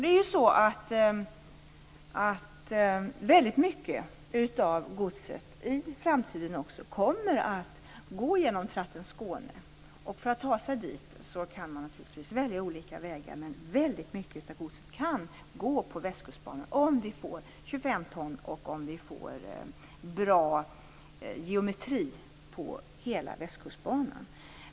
Det är ju så att väldigt mycket av godset också i framtiden kommer att gå genom tratten Skåne. För att ta sig dit kan man naturligtvis välja olika vägar, men väldigt mycket av godset kan gå på Västkustbanan om vi får 25 ton och om vi får bra geometri på hela Västkustbanan.